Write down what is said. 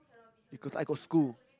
because I got school